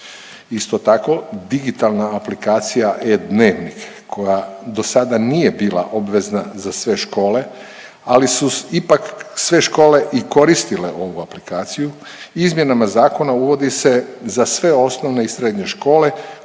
Isto tako, digitalna aplikacija e-dnevnik koja do sada nije bila obvezna za sve škole, ali su ipak sve škole i koristile ovu aplikaciju izmjenama zakona uvodi se za sve osnovne i srednje škole